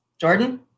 Jordan